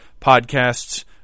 podcasts